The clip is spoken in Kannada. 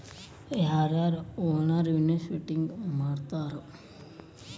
ಯಾರ ಯಾರ ಓವರ್ ಇನ್ವೆಸ್ಟಿಂಗ್ ಮಾಡ್ತಾರಾ